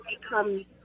become